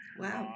wow